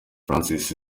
francis